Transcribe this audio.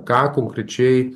ką konkrečiai